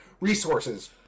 resources